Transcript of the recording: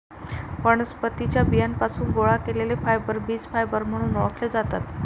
वनस्पतीं च्या बियांपासून गोळा केलेले फायबर बीज फायबर म्हणून ओळखले जातात